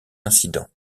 incident